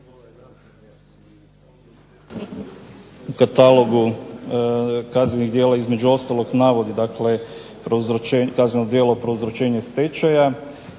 U katalogu kaznenih djela između ostalog navod, dakle kazneno djelo prouzročenje stečaja.